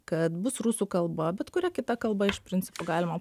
kad bus rusų kalba bet kuria kita kalba iš principo galima